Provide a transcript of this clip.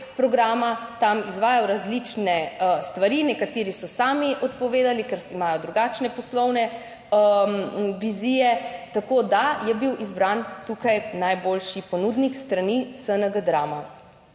programa tam izvajal, različne stvari, nekateri so sami odpovedali, ker imajo drugačne poslovne vizije, tako da je bil izbran tukaj najboljši ponudnik s strani SNG Drama.